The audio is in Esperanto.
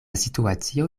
situacio